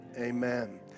amen